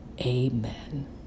Amen